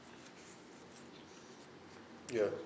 ya